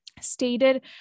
stated